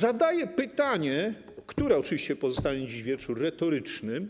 Zadaję pytanie, które oczywiście pozostanie dziś wieczór retorycznym,